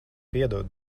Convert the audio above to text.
piedod